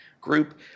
group